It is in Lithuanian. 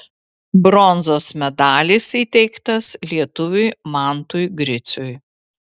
bronzos medalis įteiktas lietuviui mantui griciui